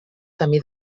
camí